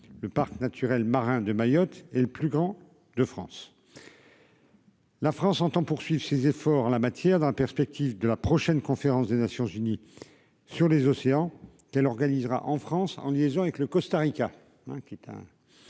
le parc naturel marin de Mayotte et le plus grand de France. La France entend poursuivre ses efforts en la matière, dans la perspective de la prochaine conférence des Nations-Unies sur les océans qu'organisera en France, en liaison avec le Costa-Rica,